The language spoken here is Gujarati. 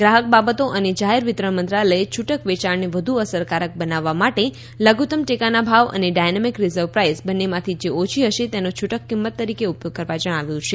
ગ્રાહક બાબતો અને જાહેર વિતરણ મંત્રાલયે છૂટક વેચાણને વધુ અસરકારક બનાવવા માટે લધુત્તમ ટેકાના ભાવ અને ડાયનેમિક રિઝર્વ પ્રાઈઝ બંનેમાંથી જે ઓછી હશે તેનો છૂટક કિંમતે તરીકે ઉપયોગ કરવા જણાવ્યું છે